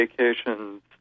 vacations